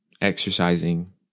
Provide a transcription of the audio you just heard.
exercising